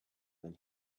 than